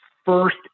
first